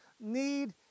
need